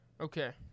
Okay